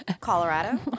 Colorado